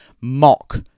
mock